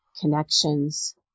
connections